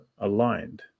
aligned